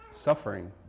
suffering